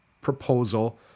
proposal